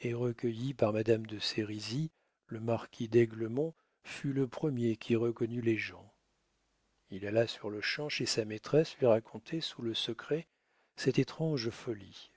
et recueilli par madame de sérizy le baron de maulincour fut le premier qui reconnut les gens il alla sur-le-champ chez sa maîtresse lui raconter sous le secret cette étrange folie